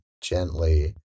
gently